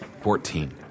Fourteen